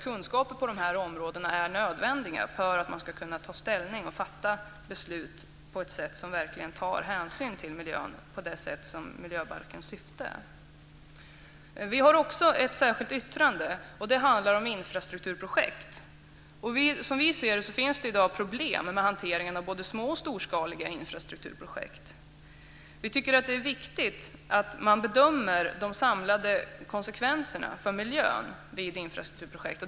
Kunskaper på de här områdena är nödvändiga för att man ska kunna ta ställning och fatta beslut på ett sätt som verkligen tar hänsyn till miljön i enlighet med syftet i miljöbalken. Vi har ett särskilt yttrande som handlar om infrastrukturprojekt. Som vi ser det finns det i dag problem med hanteringen av både små och storskaliga infrastrukturprojekt. Vi tycker att det är viktigt att man bedömer de samlade konsekvenserna för miljön vid infrastrukturprojekt.